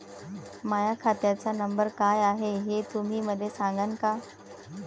माह्या खात्याचा नंबर काय हाय हे तुम्ही मले सागांन का?